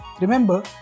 Remember